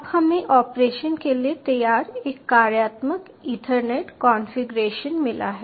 अब हमें ऑपरेशन के लिए तैयार एक कार्यात्मक ईथरनेट कॉन्फ़िगरेशन मिला है